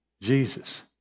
Jesus